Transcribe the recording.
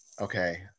Okay